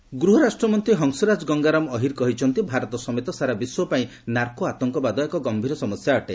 Ahir drug ଗୃହ ରାଷ୍ଟମନ୍ତ୍ରୀ ହଂସରାଜ ଗଙ୍ଗାରାମ ଅହିର କହିଛନ୍ତି ଭାରତ ସମେତ ସାରା ବିଶ୍ୱ ପାଇଁ ନାର୍କୋ ଆତଙ୍କବାଦ ଏକ ଗମ୍ଭୀର ସମସ୍ୟା ଅଟେ